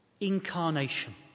incarnation